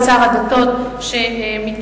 את שר הדתות מתערב,